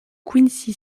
quincy